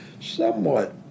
somewhat